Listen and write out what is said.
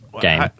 game